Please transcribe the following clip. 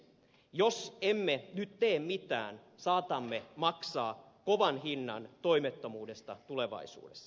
jos emme nyt tee mitään saatamme maksaa kovan hinnan toimettomuudesta tulevaisuudessa